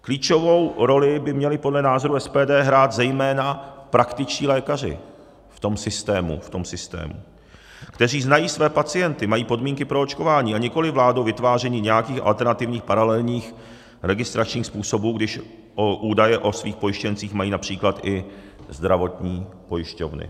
Klíčovou roli by měli podle názoru SPD hrát zejména praktičtí lékaři v tom systému, v tom systému, kteří znají své pacienty, mají podmínky pro očkování, a nikoliv vládou vytváření nějakých alternativních, paralelních registračních způsobů, když údaje o svých pojištěncích mají například i zdravotní pojišťovny.